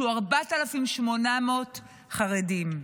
שהוא 4,800 חרדים.